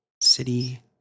City